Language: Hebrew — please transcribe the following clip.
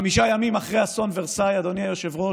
חמישה ימים אחרי אסון ורסאי, אדוני היושב-ראש,